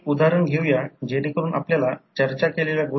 जर असे असेल तर याचा अर्थ N1 ज्याला I1 N1 I2 N2 0 म्हणतात याचा अर्थ